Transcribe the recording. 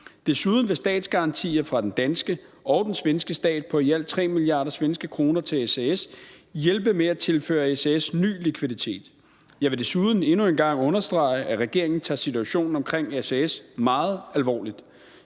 Desuden vil statsgarantier fra den danske og den svenske stat på i alt 3 mia. sek til SAS hjælpe med at tilføre SAS ny likviditet. Jeg vil desuden endnu en gang understrege, at regeringen tager situationen omkring SAS meget alvorlig.